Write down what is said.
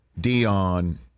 Dion